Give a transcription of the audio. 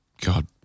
God